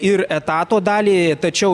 ir etato dalį tačiau